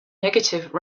negative